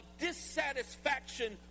dissatisfaction